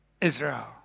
Israel